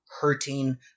Hurting